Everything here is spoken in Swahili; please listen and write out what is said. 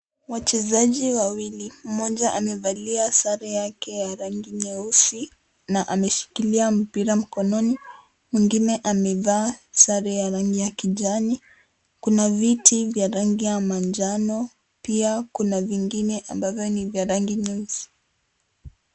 Wachezaji wawili, mmoja amevalia sare yake ya rangi nyeusi na ameshikilia mpira mkononi, mwingine amevaa sare ya rangi ya kijani. Kuna viti vya rangi ya manjano pia kuna vingine ambavyo ni vya rangi nyeusi.